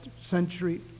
century